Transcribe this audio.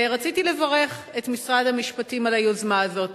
רציתי לברך את משרד המשפטים על היוזמה הזאת.